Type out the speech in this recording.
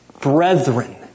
Brethren